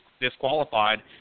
disqualified